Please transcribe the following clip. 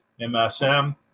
MSM